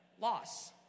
loss